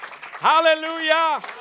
Hallelujah